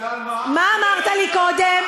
ועל מה, מה אמרת לי קודם?